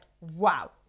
Wow